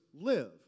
live